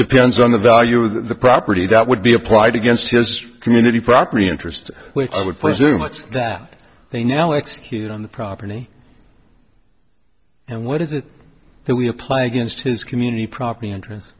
depends on the value of the property that would be applied against his community property interest which i would presume much that they now execute on the property and what is it that we apply against his community property int